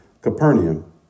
Capernaum